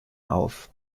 auf